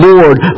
Lord